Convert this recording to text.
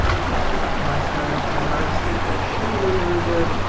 i put myself a nice little shield.